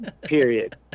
Period